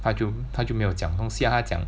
他就他就没有讲东西 lah 他讲